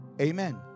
Amen